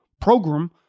program